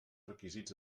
requisits